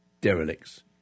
derelicts